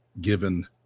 given